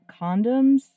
condoms